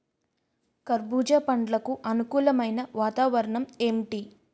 కర్బుజ పండ్లకు అనుకూలమైన వాతావరణం ఏంటి?